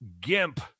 gimp